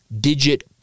digit